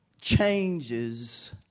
changes